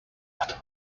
but